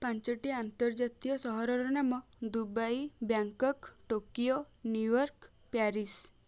ପାଞ୍ଚଟି ଆନ୍ତର୍ଜାତୀୟ ସହରର ନାମ Dubai Bangkok Tokyo New York Paris